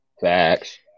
Facts